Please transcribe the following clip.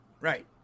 right